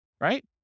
right